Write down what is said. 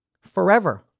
forever